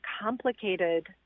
complicated